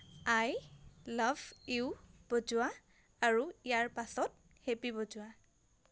I love you বজোৱা আৰু ইয়াৰ পাছত হেপ্পী বজোৱা